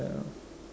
hmm